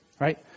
right